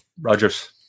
Rogers